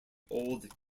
old